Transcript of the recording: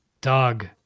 Doug